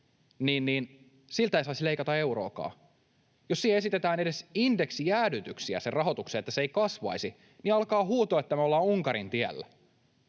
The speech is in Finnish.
eikä siltä saisi leikata euroakaan. Jos esitetään edes indeksijäädytyksiä, että sen rahoitus ei kasvaisi, niin alkaa huuto, että me ollaan Unkarin tiellä.